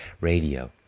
radio